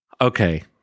Okay